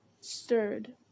stirred